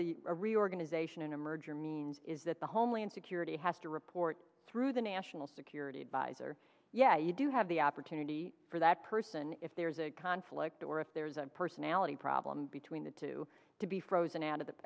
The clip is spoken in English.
a reorganization and a merger is that the homeland security has to report through the national security adviser yeah you do have the opportunity for that person if there's a conflict or if there's a personality problem between the two to be frozen out of the